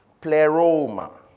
Pleroma